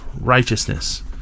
righteousness